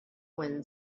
wind